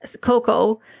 Coco